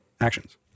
actions